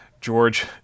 George